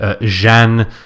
Jeanne